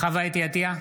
חוה אתי עטייה,